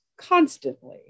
constantly